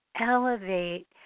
elevate